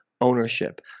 ownership